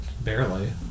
Barely